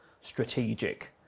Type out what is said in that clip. strategic